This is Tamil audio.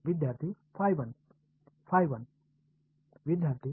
மாணவர் ஃபை 1